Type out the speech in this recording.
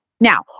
Now